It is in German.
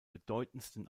bedeutendsten